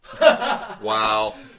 Wow